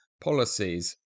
policies